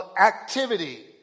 activity